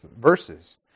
verses